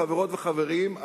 חברות וחברים,